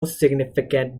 significant